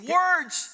words